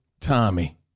Tommy